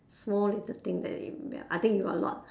small little thing that you rebel I think you got a lot